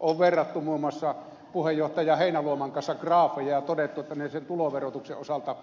on verrattu muun muassa puheenjohtaja heinäluoman kanssa graafeja ja todettu että ne sen tuloverotuksen osalta